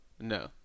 No